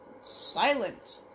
Silent